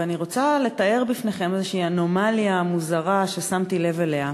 ואני רוצה לתאר בפניכם איזושהי אנומליה מוזרה ששמתי לב אליה: